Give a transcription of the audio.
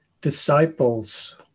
disciples